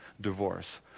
divorce